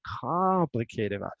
complicated